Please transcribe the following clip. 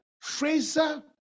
Fraser